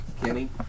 Kenny